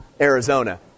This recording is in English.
Arizona